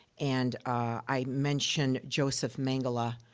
and i mentioned joseph mengele,